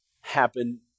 happen